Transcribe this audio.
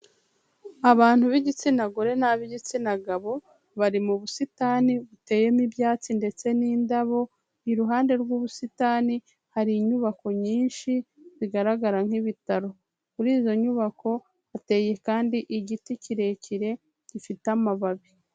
Abantu b'igitsina gore n'abi'gitsina gabo bari mu busitani buteyemo ibyatsi ndetse n'indabo iruhande rw'ubusitani hari inyubako nyinshi zigaragara nk'ibitaro muri izo nyubako hateye kandi igiti kirekire gifite amababi.